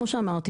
כמו שאמרתי,